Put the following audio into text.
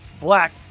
Black